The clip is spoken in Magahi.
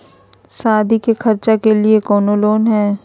सादी के खर्चा के लिए कौनो लोन है?